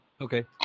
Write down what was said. okay